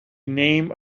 name